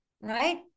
right